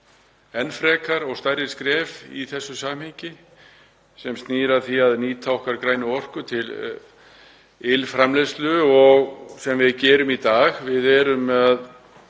enn frekari og stærri skref í þessu samhengi, sem snýr að því að nýta okkar grænu orku í framleiðslu, eins og við gerum í dag. Við framleiðum